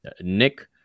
Nick